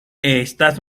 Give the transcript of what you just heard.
estas